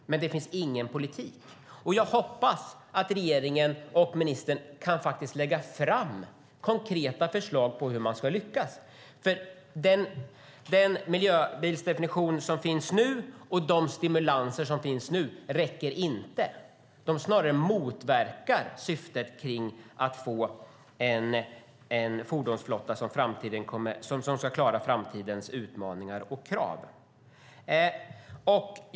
Men det finns ingen politik. Jag hoppas att regeringen och ministern kan lägga fram konkreta förslag på hur man ska lyckas. Den miljöbilsdefinition och de stimulanser som nu finns räcker inte. De motverkar snarare syftet att få en fordonsflotta som ska klara framtidens utmaningar och krav.